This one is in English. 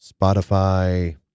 Spotify